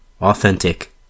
authentic